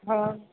हां